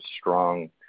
strong